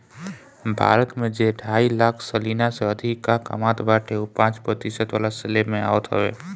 भारत में जे ढाई लाख सलीना से अधिका कामत बाटे उ पांच प्रतिशत वाला स्लेब में आवत हवे